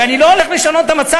הרי אני לא הולך לשנות את המצב,